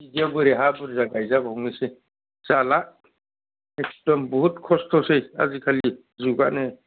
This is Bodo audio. बिदियाव बोरै हा बुरजा गायजा बावनोसै जाला एकदम बुहुद खस्थ'सै आजि खालि जुगानो